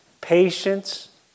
patience